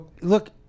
look